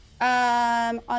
on